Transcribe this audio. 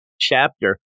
Chapter